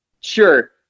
sure